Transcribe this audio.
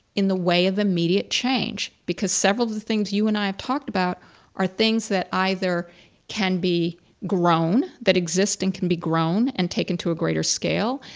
in the way of immediate change, change, because several of the things you and i have talked about are things that either can be grown, that exist and can be grown and taken to a greater scale,